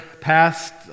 passed